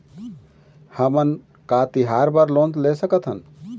हमन का तिहार बर लोन ले सकथन?